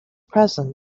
presence